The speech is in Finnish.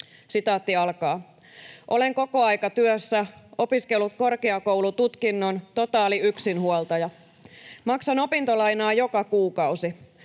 sitaatteja. ”Olen kokoaikatyössä, opiskellut korkeakoulututkinnon, totaaliyksinhuoltaja. Maksan opintolainaa joka kuukausi.